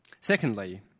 Secondly